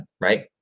right